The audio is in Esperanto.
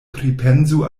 pripensu